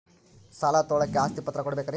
ಸಾಲ ತೋಳಕ್ಕೆ ಆಸ್ತಿ ಪತ್ರ ಕೊಡಬೇಕರಿ?